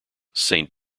saint